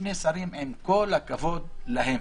לשני שרים, עם כל הכבוד להם